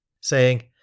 saying